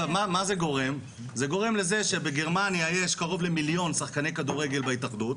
זה גורם לזה שבגרמניה יש קרוב למיליון שחקני כדורגל בהתאחדות,